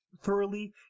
thoroughly